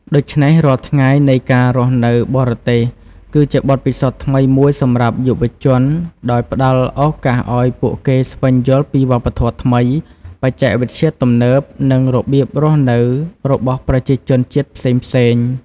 ដូច្នេះរាល់ថ្ងៃនៃការរស់នៅបរទេស គឺជាបទពិសោធន៍ថ្មីមួយសម្រាប់យុវជន ដោយផ្តល់ឱកាសឲ្យពួកគេស្វែងយល់ពីវប្បធម៌ថ្មី បច្ចេកវិទ្យាទំនើប និងរបៀបរស់នៅរបស់ប្រជាជនជាតិផ្សេងៗ